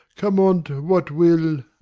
come on't what will.